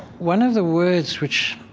one of the words which,